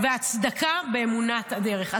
-- והצדקה באמונת הדרך.